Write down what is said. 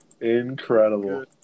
Incredible